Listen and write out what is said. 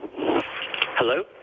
Hello